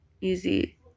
Easy